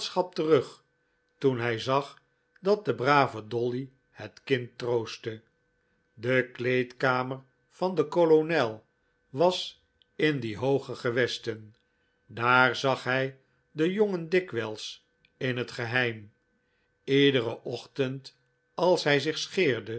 terug toen hij zag dat de brave dolly het kind troostte de kleedkamer van den kolonel was in die hooge gewesten daar zag hij den jongen dikwijls in het geheim lederen ochtend als hij zich scheerde